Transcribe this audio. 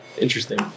Interesting